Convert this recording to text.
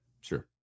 sure